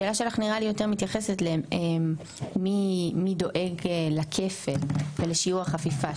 השאלה שלך נראה לי יותר מתייחסת למי דואג לכפל ולשיעור החפיפה.